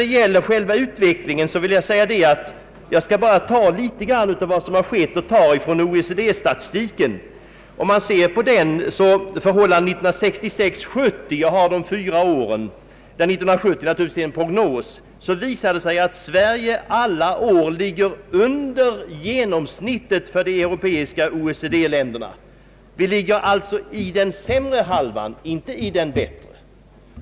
Beträffande utvecklingen vill jag bara nämna att av OECD-statistiken framgår att Sverige åren 1966—1970 — för 1970 är det naturligtvis en prognos — ligger under genomsnittet för de europeiska OECD-länderna. Vi ligger alltså på den sämre halvan, inte på den bättre.